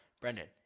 Brendan